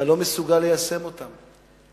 אתה לא מסוגל ליישם אותן,